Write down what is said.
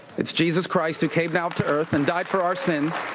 it's jesus christ who came down to earth and died for our sins.